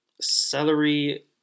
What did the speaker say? celery